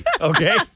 okay